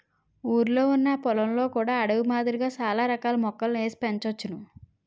ఊరిలొ ఉన్న పొలంలో కూడా అడవి మాదిరిగా చాల రకాల మొక్కలని ఏసి పెంచోచ్చును